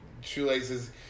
shoelaces